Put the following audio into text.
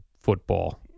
football